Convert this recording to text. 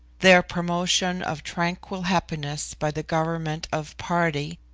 their promotion of tranquil happiness by the government of party,